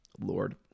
Lord